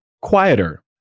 quieter